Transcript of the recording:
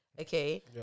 okay